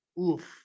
oof